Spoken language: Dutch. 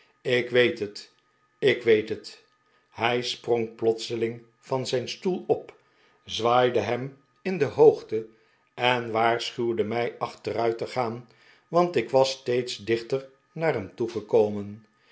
ik weet het ik weet het hij sprong plotseling van zijn stoel op zwaaide hem in de hoogte en waarschuwde mij achteruit te gaan want ik was steeds diehter naar hem